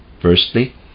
firstly